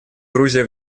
грузия